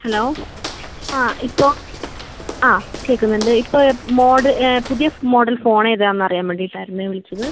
hello ആ ഇപ്പോൾ ആ കേൾക്കുന്നുണ്ട് ഇപ്പോൾ മോഡ് പുതിയ മോഡൽ ഫോൺ ഏതാണെന്ന് അറിയാൻ വേണ്ടിയിട്ടായിരുന്നേ വിളിച്ചത്